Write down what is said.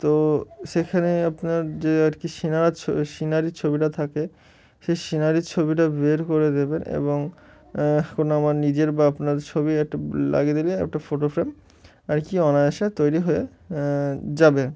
তো সেখানে আপনার যে আর কি সিনারা ছ সিনারির ছবিটা থাকে সেই সিনারির ছবিটা বের করে দেবেন এবং এখনো আমার নিজের বা আপনার ছবি একটা লাগিয়ে দিলে একটা ফোটো ফ্রেম আর কি অনায়াসে তৈরি হয়ে যাবেন